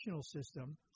system